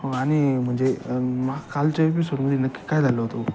हो आणि म्हणजे मग कालच्या एपिसोडमध्ये नक्की काय झालं होतं ओ